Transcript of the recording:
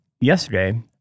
yesterday